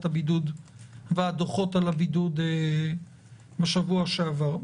הבידוד והדוחות על הבידוד בשבוע שעבר.